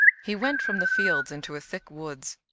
he went from the fields into a thick woods,